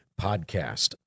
podcast